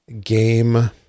game